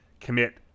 commit